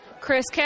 Chris